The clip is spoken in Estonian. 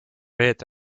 reede